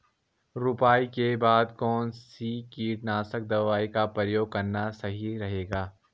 रुपाई के बाद कौन सी कीटनाशक दवाई का प्रयोग करना सही रहेगा?